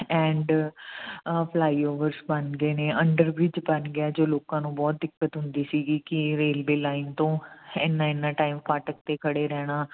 and flyover ਬਣ ਗਏ ਨੇ ਅੰਡਰਵਿਜ ਬਣ ਗਿਆ ਜੋ ਲੋਕਾਂ ਨੂੰ ਬਹੁਤ ਦਿੱਕਤ ਹੁੰਦੀ ਸੀਗੀ ਕਿ ਰੇਲਵੇ ਲਾਈਨ ਤੋਂ ਇੰਨਾ ਇੰਨਾ ਟਾਈਮ ਫਾਟਕ 'ਤੇ ਖੜ੍ਹੇ ਰਹਿਣਾ